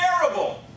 terrible